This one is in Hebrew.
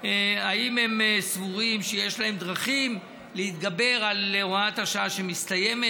האם הם סבורים שיש להם דרכים להתגבר על הוראת השעה שמסתיימת.